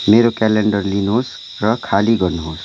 मेरो क्यालेन्डर लिनुहोस् र खाली गर्नुहोस्